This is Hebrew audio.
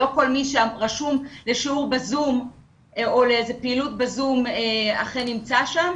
לא כל מי שרשום לשיעור בזום או לאיזו פעילות בזום אכן נמצא שם,